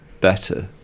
better